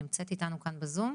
נמצאת איתנו כאן בזום.